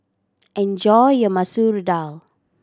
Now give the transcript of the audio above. enjoy your Masoor Dal